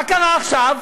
מה קרה עכשיו,